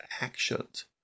actions